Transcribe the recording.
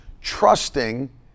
trusting